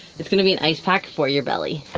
it's gonna be an icepack for your belly.